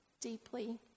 deeply